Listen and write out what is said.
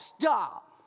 Stop